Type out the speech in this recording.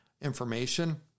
information